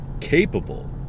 capable